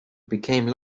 became